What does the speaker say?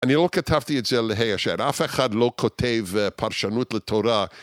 אני לא כתבתי את זה על ה אשר, אף אחד לא כותב פרשנות לתורה.